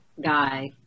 Guy